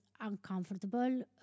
uncomfortable